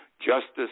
Justice